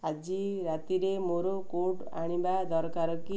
ଆଜି ରାତିରେ ମୋର କୋଟ୍ ଆଣିବା ଦରକାର କି